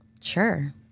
Sure